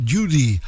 Judy